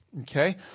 Okay